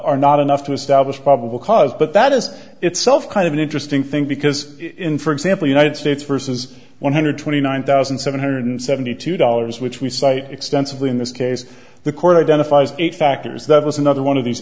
are not enough to establish probable cause but that is itself kind of an interesting thing because in for example united states versus one hundred twenty nine thousand seven hundred seventy two dollars which we cite extensively in this case the court identifies eight factors that was another one of these